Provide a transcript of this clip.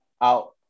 Out